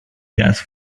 gas